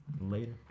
Later